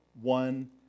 one